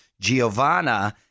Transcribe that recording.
Giovanna